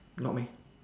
not meh